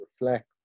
reflect